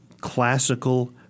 classical